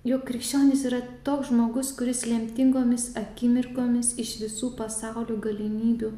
juk krikščionis yra toks žmogus kuris lemtingomis akimirkomis iš visų pasaulio galimybių